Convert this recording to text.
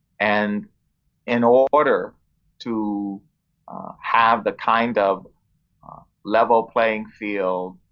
and in order to have the kind of level playing field,